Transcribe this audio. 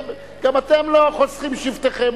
גם אתם לא חוסכים את שבטכם.